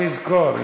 הוא יזכור,